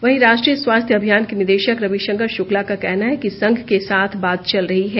वहीं राष्ट्रीय स्वास्थ्य अभियान के निदेशक रविशंकर श्रक्ला का कहना है कि संघ के साथ बात चल रही है